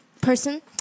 person